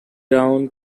down